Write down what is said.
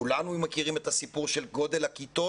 כולנו מכירים את הסיפור של גודל הכיתות